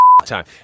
Time